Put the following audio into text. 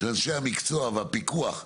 לאנשי המקצוע והפיקוח,